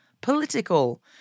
political